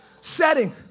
setting